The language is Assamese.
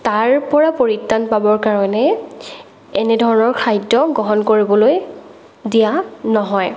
তাৰ পৰা পৰিত্ৰাণ পাবৰ কাৰণে এনে ধৰণৰ খাদ্য গ্ৰহণ কৰিবলৈ দিয়া নহয়